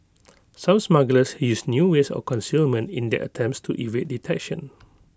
some smugglers is new ways of concealment in their attempts to evade detection